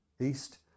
east